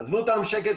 עזבו אותנו בשקט,